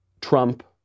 Trump